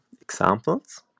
examples